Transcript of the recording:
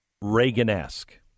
Reagan-esque